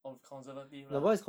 oh conservative lah